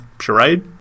charade